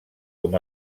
com